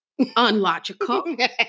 unlogical